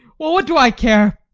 well, what do i care!